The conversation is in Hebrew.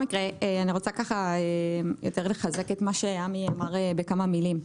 אני רוצה יותר לחזק את מה שעמי אמר, בכמה מילים.